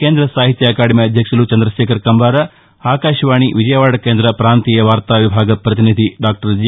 కేంద్ర సాహిత్య అకాడమీ అధ్యక్షులు చంద్రకేఖర్ కంబార ఆకాశవాణి విజయవాడ కేంద్ర ప్రాంతీయ వారా విభాగ ప్రతినిధి డాక్షర్ జి